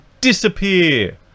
disappear